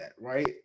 right